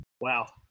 Wow